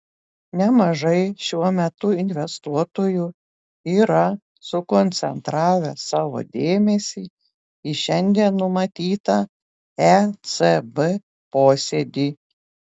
nemažai šiuo metu investuotojų yra sukoncentravę savo dėmesį į šiandien numatytą ecb posėdį